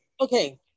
Okay